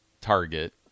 target